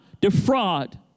defraud